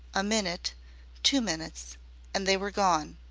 a minute two minutes and they were gone.